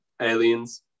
Aliens